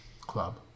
club